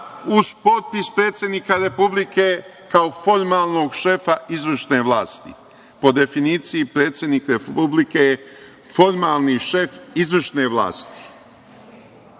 uz potpis predsednika Republike, kao formalnog šefa izvršne vlasti. Po definiciji, predsednik Republike je formalni šef izvršne vlasti.